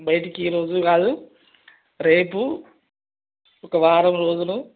బయటికి ఈరోజు కాదు రేపు ఒక వారం రోజులు